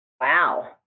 wow